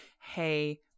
hey-